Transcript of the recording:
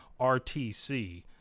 RTC